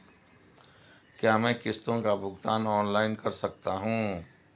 क्या मैं किश्तों का भुगतान ऑनलाइन कर सकता हूँ?